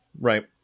Right